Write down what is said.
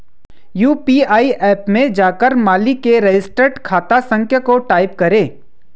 UPI app में जाकर मालिक के रजिस्टर्ड खाता संख्या को टाईप करें